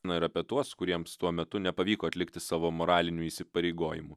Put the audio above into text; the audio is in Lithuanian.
na ir apie tuos kuriems tuo metu nepavyko atlikti savo moralinių įsipareigojimų